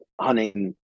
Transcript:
hunting